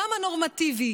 גם הנורמטיבי,